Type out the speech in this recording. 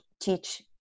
teach